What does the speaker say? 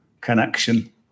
connection